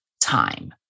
time